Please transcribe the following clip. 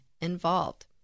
involved